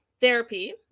therapy